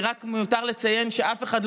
מיותר לציין שאף אחד,